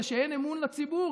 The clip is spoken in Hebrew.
זה שאין אמון לציבור,